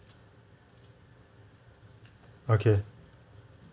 okay